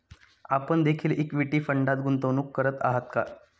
आपण देखील इक्विटी फंडात गुंतवणूक करत आहात का?